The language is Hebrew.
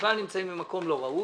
בכלל נמצאים במקום לא ראוי.